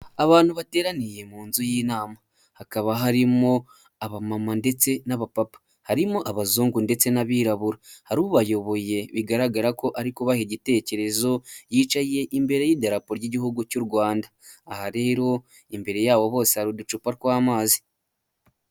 Abantu bateraniye mu nzu y'inama hakaba harimo abamama ndetse n'abapapa, harimo abazungu ndetse n'abirabura, hari ubayoboye bigaragara ko ari kubaha igitekerezo yicaye imbere y'idarapo ry'igihugu cy'u Rwanda, aha rero imbere yabo bose hari uducupa tw'amazi.